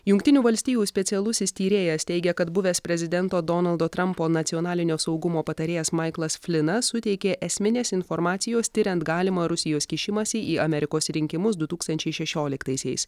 jungtinių valstijų specialusis tyrėjas teigia kad buvęs prezidento donaldo trumpo nacionalinio saugumo patarėjas maiklas flinas suteikė esminės informacijos tiriant galimą rusijos kišimąsi į amerikos rinkimus du tūkstančiai šešioliktaisiais